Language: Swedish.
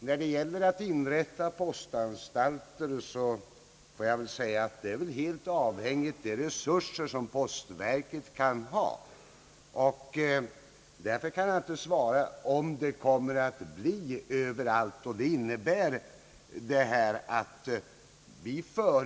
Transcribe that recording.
När det gäller inrättandet av postanstalter så är väl detta helt avhängigt av de resurser som postverket kan ha. Därför kan jag inte ge besked om det kommer att bli poströstning överallt.